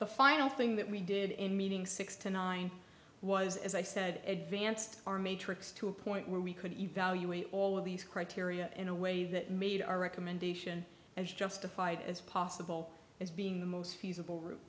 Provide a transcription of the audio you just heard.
the final thing that we did in meeting six to nine was as i said advanced our matrix to a point where we could evaluate all of these criteria in a way that made our recommendation as justified as possible as being the most feasible route